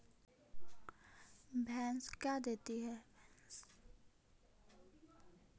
भैंस का देती है?